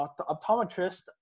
optometrist